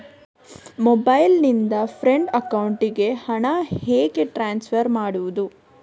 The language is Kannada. ಮೊಬೈಲ್ ನಿಂದ ಫ್ರೆಂಡ್ ಅಕೌಂಟಿಗೆ ಹಣ ಹೇಗೆ ಟ್ರಾನ್ಸ್ಫರ್ ಮಾಡುವುದು?